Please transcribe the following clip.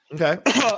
Okay